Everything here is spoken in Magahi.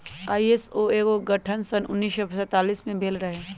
आई.एस.ओ के गठन सन उन्नीस सौ सैंतालीस में भेल रहै